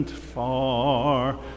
far